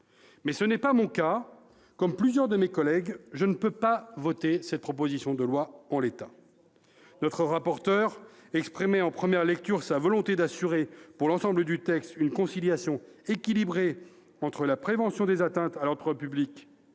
mais ce n'est pas mon cas. Comme plusieurs de mes collègues, je ne peux pas voter cette proposition de loi en l'état. Notre rapporteure exprimait en première lecture sa volonté d'assurer, pour l'ensemble du texte, une conciliation équilibrée entre la prévention des atteintes à l'ordre public et la protection